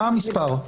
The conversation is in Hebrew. מה המספר?